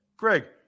Greg